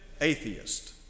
atheist